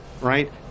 right